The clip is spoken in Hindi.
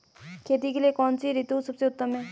खेती के लिए कौन सी ऋतु सबसे उत्तम है?